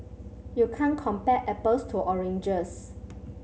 you can't compare apples to oranges